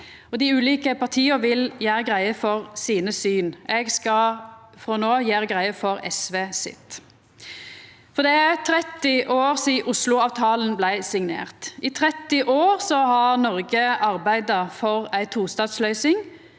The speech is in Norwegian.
Dei ulike partia vil gjera greie for sine syn. Eg skal frå no av gjera greie for SVs syn. Det er 30 år sidan Oslo-avtalen blei signert. I 30 år har Noreg arbeidd for ei tostatsløysing,